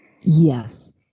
Yes